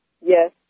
Yes